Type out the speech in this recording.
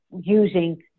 using